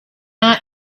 not